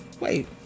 wait